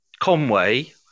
Conway